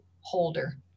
holder